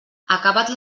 acabat